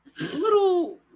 little